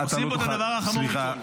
עושים פה את הדבר החמור מכול.